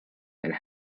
and